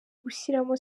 gushyiramo